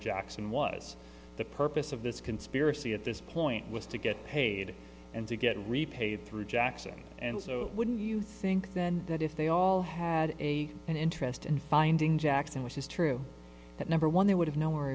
jackson was the purpose of this conspiracy at this point was to get paid and to get repaid through jackson and so wouldn't you think then that if they all had a an interest in finding jackson which is true that number one they would have no w